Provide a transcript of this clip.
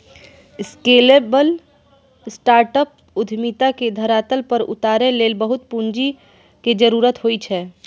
scalable startup उद्यमिता के धरातल पर उतारै लेल बहुत पूंजी के जरूरत होइ छै